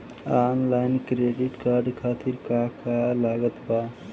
Online credit card खातिर का का लागत बा?